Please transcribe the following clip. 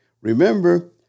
remember